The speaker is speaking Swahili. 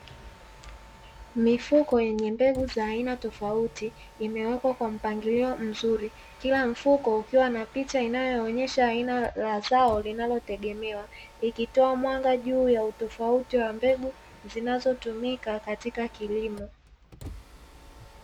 Mifuko yenye mbegu za aina tofauti, imewekwa kwa mpangilio mzuri, kila mfuko ukiwa na picha inayoonyesha aina la zao linalotegemewa, ikitoa mwanga juu ya utofauti wa mbegu zinazotumika katika kilimo.